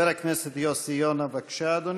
חבר הכנסת יוסי יונה, בבקשה, אדוני.